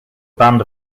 band